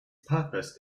purpose